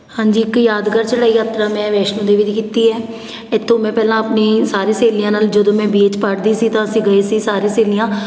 ਹਾਂਜੀ ਇੱਕ ਯਾਦਗਾਰ ਚੜ੍ਹਾਈ ਯਾਤਰਾ ਮੈਂ ਵੈਸ਼ਨੋ ਦੇਵੀ ਦੀ ਕੀਤੀ ਹੈ ਇੱਥੋਂ ਮੈਂ ਪਹਿਲਾਂ ਆਪਣੀ ਸਾਰੀ ਸਹੇਲੀਆਂ ਨਾਲ ਜਦੋਂ ਮੈਂ ਬੀਏ 'ਚ ਪੜ੍ਹਦੀ ਸੀ ਤਾਂ ਅਸੀਂ ਗਏ ਸੀ ਸਾਰੀ ਸਹੇਲੀਆਂ